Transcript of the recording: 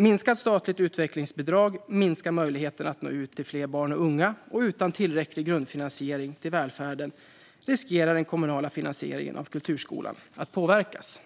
Minskat statligt utvecklingsbidrag minskar möjligheten att nå ut till fler barn och unga, och utan tillräcklig grundfinansiering till välfärden riskerar den kommunala finansieringen av kulturskolan att påverkas.